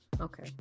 Okay